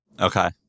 Okay